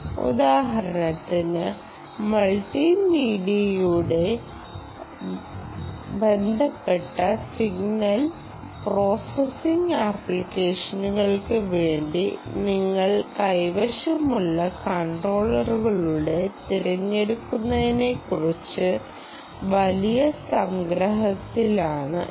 ഉദാഹരണത്തിന് മൾട്ടിമീഡിയയുമായി ബന്ധപ്പെട്ട സിഗ്നൽ പ്രോസസ്സിംഗ് അപ്ലിക്കേഷനുകൾക്ക് വേണ്ടി നിങ്ങളുടെ കൈവശമുള്ള കൺട്രോളറുകളുടെ തിരഞ്ഞെടുപ്പിനെക്കുറിച്ചുള്ള വലിയ സംഗ്രഹത്തിലാണ് ഇത്